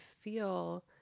feel